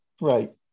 Right